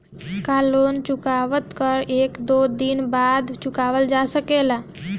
का लोन चुकता कर के एक दो दिन बाद भी चुकावल जा सकेला?